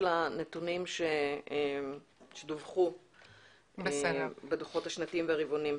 הנתונים שדווחו בדוחות השנתיים והרבעוניים.